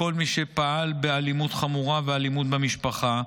לכל מי שפעל באלימות חמורה ואלימות במשפחה,